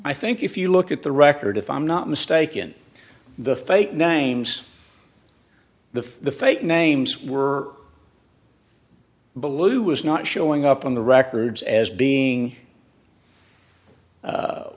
i think if you look at the record if i'm not mistaken the fake names the the fake names were ballou was not showing up on the records as being